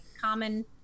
common